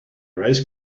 race